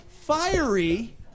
fiery